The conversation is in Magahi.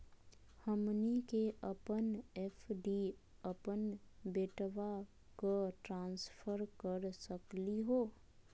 हमनी के अपन एफ.डी अपन बेटवा क ट्रांसफर कर सकली हो?